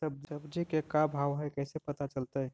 सब्जी के का भाव है कैसे पता चलतै?